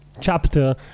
chapter